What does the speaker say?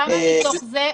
כמה מתוך זה,